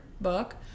book